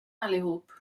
allihop